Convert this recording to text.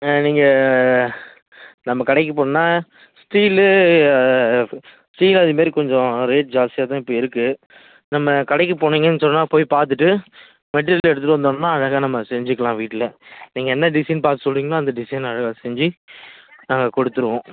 ஆ நீங்கள் நம்ம கடைக்கு போனோம்னால் ஸ்டீல்லு ஸ்டீல்லும் அதே மாதிரி கொஞ்சம் ரேட் ஜாஸ்தியாக தான் இப்போ இருக்குது நம்ம கடைக்கு போனீங்கன்னு சொன்னால் போய் பார்த்துட்டு மெட்டீரியல் எடுத்துகிட்டு வந்தோம்னால் அழகாக நம்ம செஞ்சுக்கலாம் வீட்டில் நீங்கள் என்ன டிசைன் பார்த்து சொல்கிறீங்களோ அந்த டிசைன் அழகாக செஞ்சு நாங்கள் கொடுத்துடுவோம்